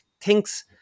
thinks